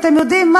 אתם יודעים,